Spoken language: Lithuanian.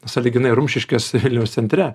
sąlyginai rumšiškės vilniaus centre